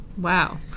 wow